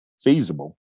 feasible